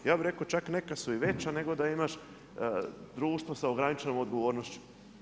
Ja bi rekao čak neka su i veća nego da imaš društvo sa ograničenom odgovornošću.